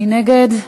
מי נגד?